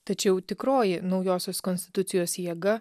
tačiau tikroji naujosios konstitucijos jėga